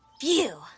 Phew